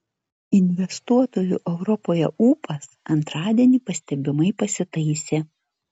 investuotojų europoje ūpas antradienį pastebimai pasitaisė